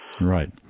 Right